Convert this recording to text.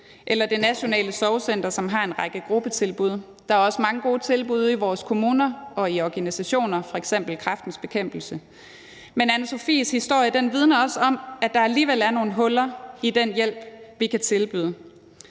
eller Det Nationale Sorgcenter, som har en række gruppetilbud. Der er også mange gode tilbud ude i vores kommuner og organisationer, f.eks. Kræftens Bekæmpelse. Men Anna-Sofies historie vidner også om, at der alligevel er nogle huller i den hjælp, vi kan tilbyde.